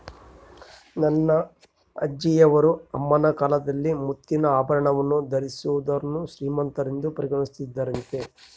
ನನ್ನ ಅಜ್ಜಿಯವರ ಅಮ್ಮನ ಕಾಲದಲ್ಲಿ ಮುತ್ತಿನ ಆಭರಣವನ್ನು ಧರಿಸಿದೋರ್ನ ಶ್ರೀಮಂತರಂತ ಪರಿಗಣಿಸುತ್ತಿದ್ದರಂತೆ